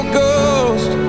ghost